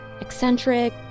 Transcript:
Eccentric